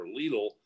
Lidl